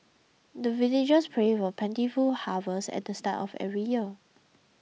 the villagers pray for plentiful harvest at start of every year